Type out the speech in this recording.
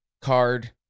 card